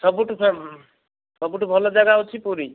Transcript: ସବୁଠୁ ସବୁଠୁ ଭଲ ଜାଗା ହେଉଛି ପୁରୀ